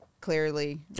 clearly